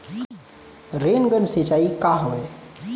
Rain gun सिंचाई का हवय?